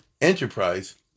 enterprise